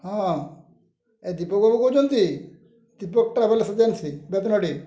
ହଁ ଏ ଦୀପକ ବାବୁ କହୁଛନ୍ତି ଦୀପକ ଟ୍ରାଭେଲ୍ସ ଏଜେନ୍ସି ବେତନଡ଼ି